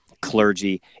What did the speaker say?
clergy